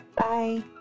Bye